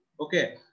Okay